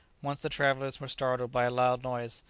once the travellers were startled by a loud noise,